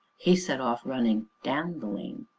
he set off, running down the lane.